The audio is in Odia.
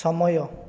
ସମୟ